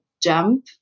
jump